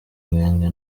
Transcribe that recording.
nkeke